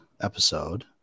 episode